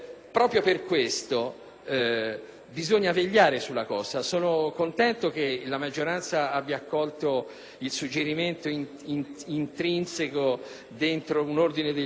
bisogna vegliare sulla cosa. Sono contento che la maggioranza abbia accolto il suggerimento intrinseco in un ordine del giorno che è stato accolto e